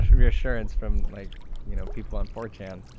reassurance from like you know people on four chan.